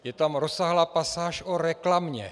Je tam rozsáhlá pasáž o reklamě.